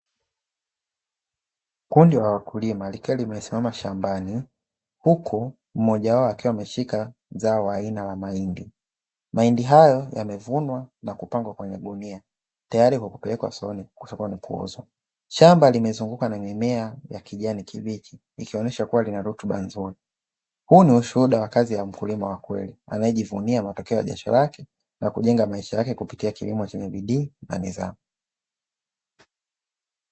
Kundi la wakulima likiwa limesimama shambani, huku mmoja wao akiwa ameshika zao aina ya mahindi, mahindi haya yamevunwa na kupangwa kwenye gunia tayari kwa kupelekwa sokoni kuuzwa. Shamba limezungukwa na mimea ya kijani kibichi likionyesha kuwa lina rutuba nzuri, huu ni ushuhuda wa kazi ya mkulima wa kweli anayejivunia matokeo ya jasho lake na kujenga maisha yake kupitia kilimo chenye bidii na nidhamu.